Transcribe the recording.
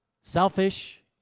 selfish